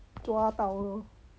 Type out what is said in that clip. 抓到 lor